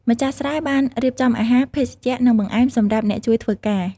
ម្ចាស់ស្រែបានរៀបចំអាហារ ភេសជ្ជៈ និងបង្អែមសម្រាប់អ្នកជួយធ្វើការ។